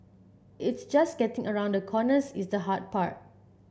it's just getting around the corners is the hard part